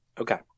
Okay